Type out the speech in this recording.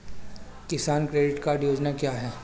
किसान credit card योजना क्या है?